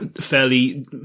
fairly